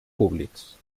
públics